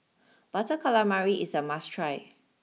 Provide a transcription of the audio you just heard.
Butter Calamari is a must try